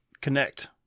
connect